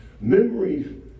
Memories